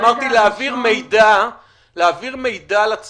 אמרתי להעביר מידע לציבור